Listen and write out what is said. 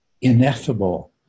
ineffable